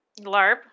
Larb